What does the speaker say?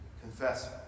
confess